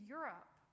Europe